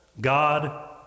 God